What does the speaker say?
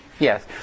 Yes